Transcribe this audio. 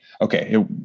okay